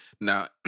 Now